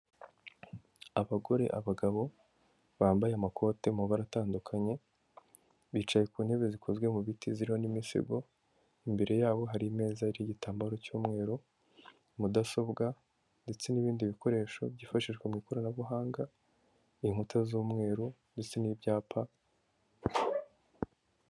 Abagore, abagabo, bambaye amakoti mu mabara atandukanye, bicaye ku ntebe zikozwe mu biti, ziroho n'imisego, imbere yabo hari imeza yari iriho itambaro cy'umweru, mudasobwa ndetse n'ibindi bikoresho byifashishwa mu ikoranabuhanga, inkuta z'umweru, ndetse n'ibyapa.